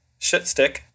shitstick